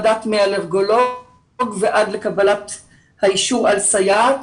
דעת מאלרגולוג ועד קבלת האישור על סייעת.